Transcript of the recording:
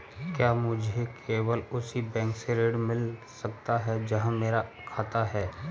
क्या मुझे केवल उसी बैंक से ऋण मिल सकता है जहां मेरा खाता है?